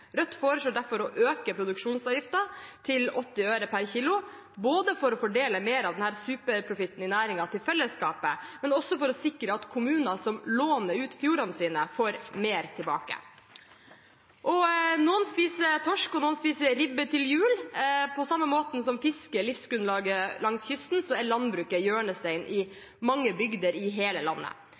Rødt foreslår derfor å øke produksjonsavgiften til 80 øre per kilo for å fordele mer av denne superprofitten i næringen til fellesskapet, men også for å sikre at kommuner som låner ut fjordene sine, får mer tilbake. Noen spiser torsk og noen spiser ribbe til jul. På samme måte som fisk er livsgrunnlaget langs kysten, er landbruket hjørnesteinen i mange bygder i hele landet.